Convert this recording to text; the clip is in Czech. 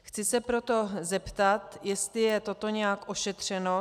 Chci se proto zeptat, jestli je toto riziko nějak ošetřeno.